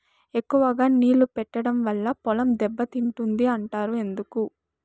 ఎక్కువగా నీళ్లు పెట్టడం వల్ల పొలం దెబ్బతింటుంది అంటారు ఎందుకు?